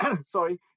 sorry